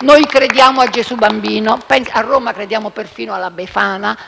Noi crediamo a Gesù Bambino, a Roma crediamo perfino alla Befana,